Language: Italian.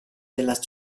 della